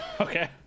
Okay